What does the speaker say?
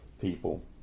people